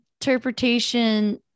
interpretation